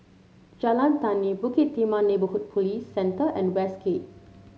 Jalan Tani Bukit Timah Neighbourhood Police Centre and Westgate